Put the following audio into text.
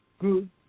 good